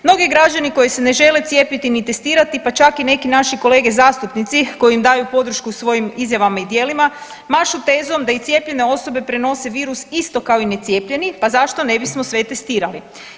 Mnogi građani koji se ne žele cijepiti ni testirati, pa čak i neki naši kolege zastupnici koji im daju podršku svojim izjavama i djelima, mašu tezom da i cijepljene osobe prenose virus isto kao i necijepljeni, pa zašto ne bismo sve testirali.